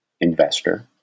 investor